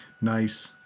Nice